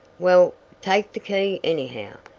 well, take the key anyhow,